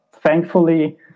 Thankfully